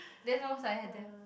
then no sign have them